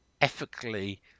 ethically